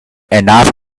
enough